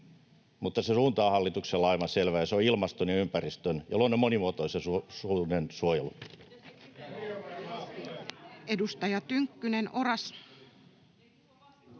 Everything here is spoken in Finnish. mutta se suunta hallituksella on aivan selvä, ja se on ilmaston ja ympäristön ja luonnon monimuotoisuuden suojelu. [Li Andersson: